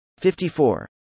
54